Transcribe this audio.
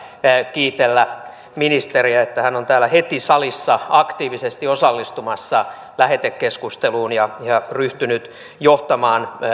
kiitellä ministeriä että hän on täällä heti salissa aktiivisesti osallistumassa lähetekeskusteluun ja ja ryhtynyt johtamaan